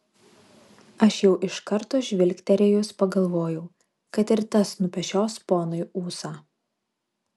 aš jau iš karto žvilgterėjus pagalvojau kad ir tas nupešios ponui ūsą